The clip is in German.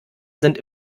sind